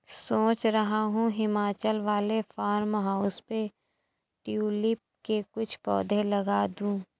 सोच रहा हूं हिमाचल वाले फार्म हाउस पे ट्यूलिप के कुछ पौधे लगा दूं